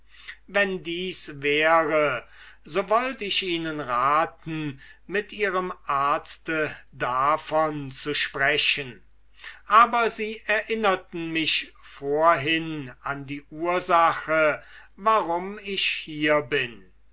wenn dies wäre so wollt ich ihnen raten ihrem arzte davon zu sagen aber sie erinnerten mich vorhin an die ursach warum ich hier bin